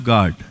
God